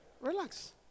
Relax